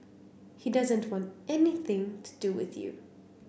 he doesn't want anything to do with you